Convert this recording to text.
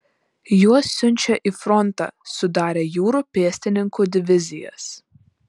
juos siunčia į frontą sudarę jūrų pėstininkų divizijas